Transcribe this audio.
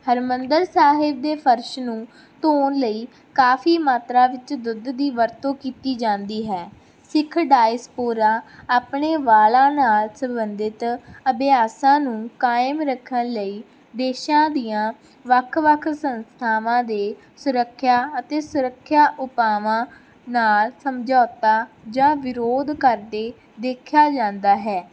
ਹਰਿਮੰਦਰ ਸਾਹਿਬ ਦੇ ਫਰਸ਼ ਨੂੰ ਧੋਣ ਲਈ ਕਾਫੀ ਮਾਤਰਾ ਵਿੱਚ ਦੁੱਧ ਦੀ ਵਰਤੋਂ ਕੀਤੀ ਜਾਂਦੀ ਹੈ ਸਿੱਖ ਡਾਈਸ ਪੂਰਾ ਆਪਣੇ ਵਾਲਾਂ ਨਾਲ ਸੰਬੰਧਿਤ ਅਭਿਆਸਾਂ ਨੂੰ ਕਾਇਮ ਰੱਖਣ ਲਈ ਦੇਸ਼ਾਂ ਦੀਆਂ ਵੱਖ ਵੱਖ ਸੰਸਥਾਵਾਂ ਦੇ ਸੁਰੱਖਿਆ ਅਤੇ ਸੁਰੱਖਿਆ ਉਪਾਵਾਂ ਨਾਲ ਸਮਝੌਤਾ ਜਾਂ ਵਿਰੋਧ ਕਰਦੇ ਦੇਖਿਆ ਜਾਂਦਾ ਹੈ